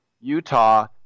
Utah